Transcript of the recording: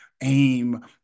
aim